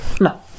No